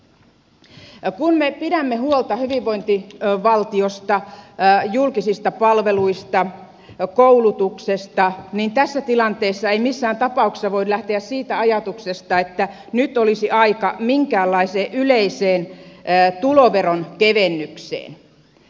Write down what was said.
kun me pidämme huolta hyvinvointivaltiosta julkisista palveluista ja koulutuksesta niin tässä tilanteessa ei missään tapauksessa voi lähteä siitä ajatuksesta että nyt olisi aika minkäänlaiseen yleiseen tuloveron kevennykseen